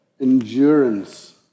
endurance